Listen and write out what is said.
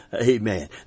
Amen